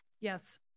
yes